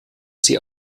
sie